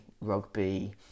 rugby